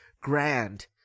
grand